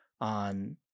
on